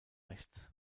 rechts